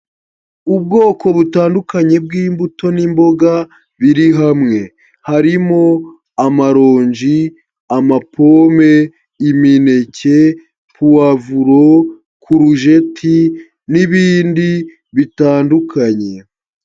Ubwoko butandukanye bw'imbuto n'imboga biri hamwe. Harimo amaronji, amapome, imineke, puwavuro, kurujeti n'ibindi bitandukanye.